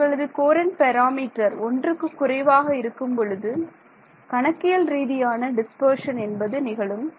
உங்களது Courant parameter ஒன்றுக்கு குறைவாக இருக்கும் பொழுது கணக்கியல் ரீதியான டிஸ்பர்ஷன் என்பது நிகழும்